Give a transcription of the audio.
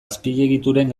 azpiegituren